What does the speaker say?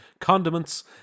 condiments